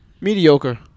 Mediocre